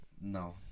No